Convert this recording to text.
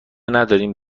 ندارین